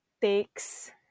takes